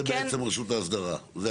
בעצם, זו רשות האסדרה.